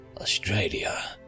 Australia